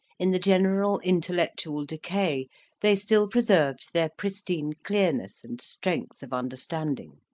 in the general intellectual decay they still preserved their pristine clearness and strength of understanding.